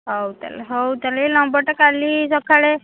ହଉ ତାହେଲେ ହଉ ତାହେଲେ ଏ ନମ୍ବର୍ଟା କାଲି ସକାଳେ